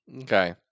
Okay